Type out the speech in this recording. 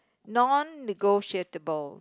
non negotiable